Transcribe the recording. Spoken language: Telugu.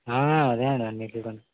అదేండి అన్నిట్లికన్నా